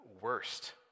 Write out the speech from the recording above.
worst